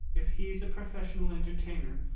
if he's a professional entertainer,